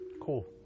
cool